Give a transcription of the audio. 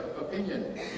opinion